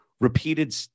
repeated